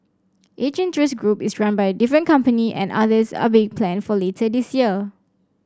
each interest group is run by different company and others are being planned for later this year